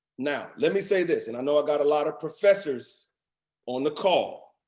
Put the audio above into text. now, let me say this, and i know i got a lot of professors on the call.